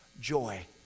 joy